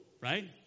right